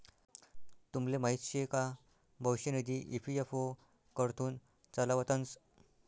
तुमले माहीत शे का भविष्य निधी ई.पी.एफ.ओ कडथून चालावतंस